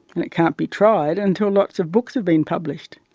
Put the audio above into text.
and it can't be tried until lots of books have been published.